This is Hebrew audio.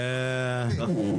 אחרים משלמים.